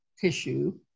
tissue